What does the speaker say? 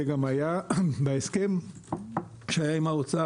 זה גם היה בהסכם שהיה עם האוצר